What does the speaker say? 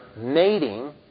mating